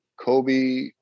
Kobe